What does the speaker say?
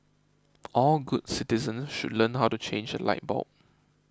all good citizens should learn how to change a light bulb